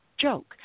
joke